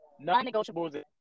non-negotiables